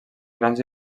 grans